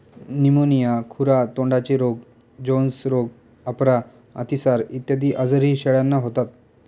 pneumonia, खुरा तोंडाचे रोग, जोन्स रोग, अपरा, अतिसार इत्यादी आजारही शेळ्यांना होतात